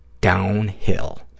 downhill